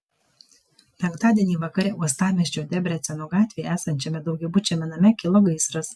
penktadienį vakare uostamiesčio debreceno gatvėje esančiam daugiabučiame name kilo gaisras